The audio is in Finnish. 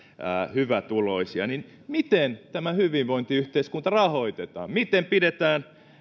hyvätuloisia niin miten tämä hyvinvointiyhteiskunta rahoitetaan miten pidetään